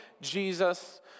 Jesus